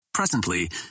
Presently